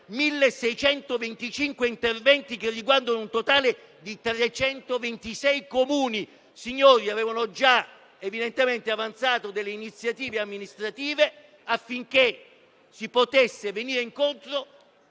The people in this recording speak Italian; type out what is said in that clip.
1.625 interventi che riguardano un totale di 326 Comuni) avevano già avanzato delle iniziative affinché si potesse venire incontro